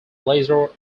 laser